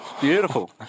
Beautiful